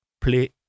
play